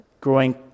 growing